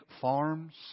farms